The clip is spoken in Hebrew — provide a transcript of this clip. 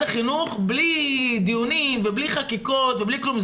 החינוך בלי דיונים ובלי חקיקות ובלי כלום,